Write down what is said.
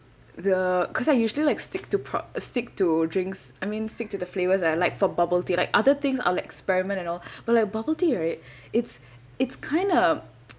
the because I usually like stick to pr~ uh stick to drinks I mean stick to the flavors that I like for bubble tea like other things I'll experiment and all but like bubble tea right it's it's kind of